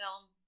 film